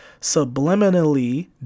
subliminally